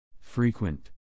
Frequent